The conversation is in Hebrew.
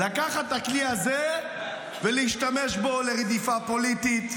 לקחת את הכלי הזה ולהשתמש בו לרדיפה פוליטית,